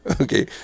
Okay